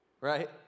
right